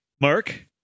Mark